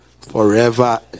forever